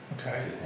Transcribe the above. Okay